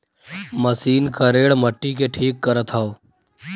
machine करेड़ मट्टी के ठीक करत हौ